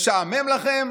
משעמם לכם?